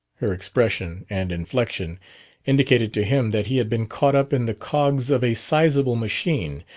her expression and inflection indicated to him that he had been caught up in the cogs of a sizable machine,